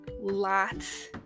lots